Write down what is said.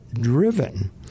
driven